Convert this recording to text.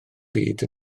byd